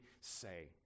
say